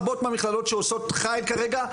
רבות מהמכללות שעושות חייל כרגע,